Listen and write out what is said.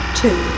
two